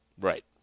Right